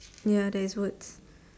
ya there is words